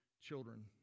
children